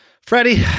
Freddie